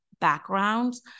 backgrounds